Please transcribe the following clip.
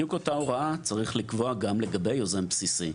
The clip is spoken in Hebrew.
בדיוק אותה הוראה צריך לקבוע גם לגבי יוזם בסיסי.